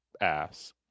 ass